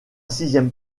sixième